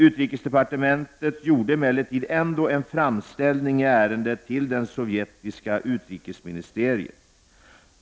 Utrikesdepartementet gjorde emellertid ändå en framställning i ärendet till det sovjetiska utrikesministeriet.